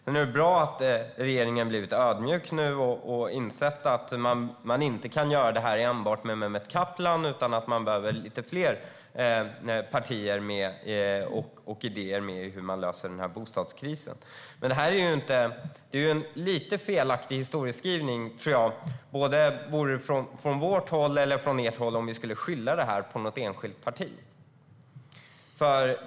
Det är bra att regeringen nu har blivit ödmjuk och insett att man inte kan göra det här enbart med Mehmet Kaplan utan att man behöver fler partier med idéer om hur man löser bostadskrisen. Jag tror att det vore en lite felaktig historieskrivning från både vårt och ert håll om vi skulle skylla det här på något enskilt parti.